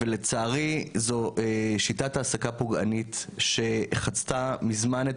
ולצערי זו שיטת העסקה פוגענית שחצתה מזמן את